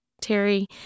Terry